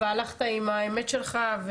והלכת עם האמת שלך,